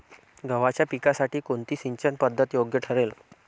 गव्हाच्या पिकासाठी कोणती सिंचन पद्धत योग्य ठरेल?